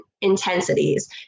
intensities